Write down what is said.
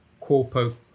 Corpo